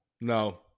No